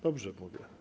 Dobrze mówię?